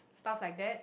stuffs like that